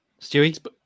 Stewie